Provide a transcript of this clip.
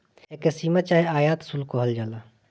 एके सीमा चाहे आयात शुल्क कहल जाला